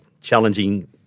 challenging